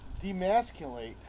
demasculate